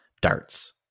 darts